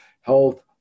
health